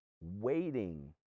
waiting